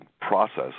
process